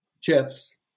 Chips